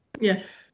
Yes